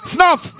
Snuff